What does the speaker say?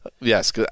Yes